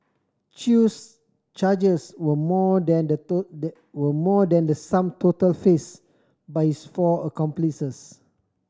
Chew's charges were more than the were more than the sum total faced by his four accomplices